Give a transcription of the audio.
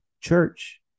church